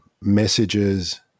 messages